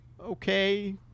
okay